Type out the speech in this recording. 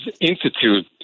institute